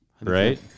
Right